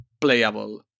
playable